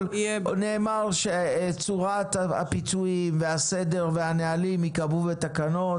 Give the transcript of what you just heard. נאמר שצורת הפיצויים והסדר והנהלים ייקבעו בתקנות.